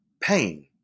pain